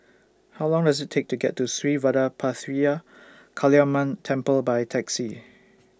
How Long Does IT Take to get to Sri Vadapathira Kaliamman Temple By Taxi